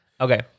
Okay